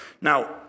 Now